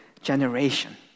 generation